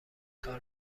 کار